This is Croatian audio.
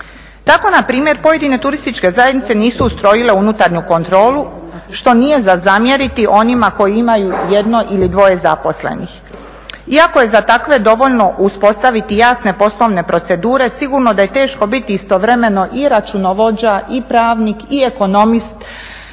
Tako npr. pojedine turističke zajednice nisu ustrojile unutarnju kontrolu što nije za zamjeriti onima koji imaju jedno ili dvoje zaposlenih iako je za takve dovoljno uspostaviti jasne poslovne procedure sigurno da je teško biti istovremeno i računovođa, i pravnik, i ekonomist,